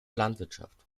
landwirtschaft